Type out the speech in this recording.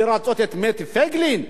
לרצות את מטה פייגלין?